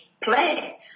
Play